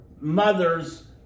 mothers